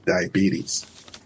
diabetes